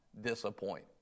disappoint